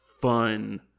fun